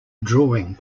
drawing